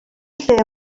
lle